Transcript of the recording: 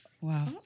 Wow